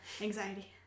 Anxiety